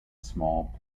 small